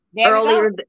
earlier